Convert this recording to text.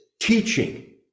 teaching